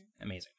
amazing